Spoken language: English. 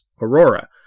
Aurora